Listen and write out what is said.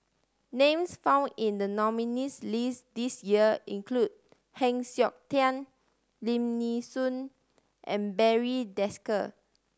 names found in the nominees' list this year include Heng Siok Tian Lim Nee Soon and Barry Desker